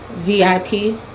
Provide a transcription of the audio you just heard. VIP